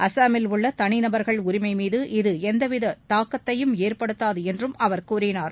அஸ்ஸாமில் உள்ள தனிநபர்கள் உரிமை மீது இது எந்தவித தாக்கத்தையும் ஏற்படுத்தாது என்றும் அவர் கூறினார்